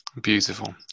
beautiful